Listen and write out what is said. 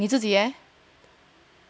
你自己 leh